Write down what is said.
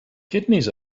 kidneys